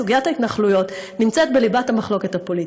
סוגיית ההתנחלויות נמצאת בליבת המחלוקת הפוליטית.